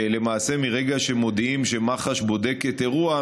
הוא שלמעשה מרגע שמודיעים שמח"ש בודקת אירוע,